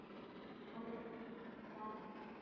आप